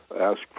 ask